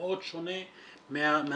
מאוד שונה מהצפון.